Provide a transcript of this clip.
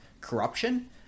corruption